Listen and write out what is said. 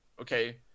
okay